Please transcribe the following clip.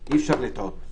אי אפשר לטעות.